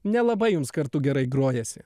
nelabai jums kartu gerai grojasi